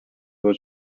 will